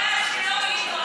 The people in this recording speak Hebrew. שלא יתואר.